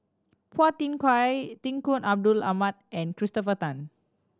Phua Thin Kiay Tunku Abdul Rahman and Christopher Tan